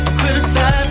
criticize